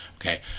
okay